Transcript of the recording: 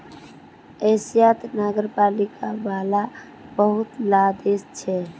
एशियात नगरपालिका वाला बहुत ला देश छे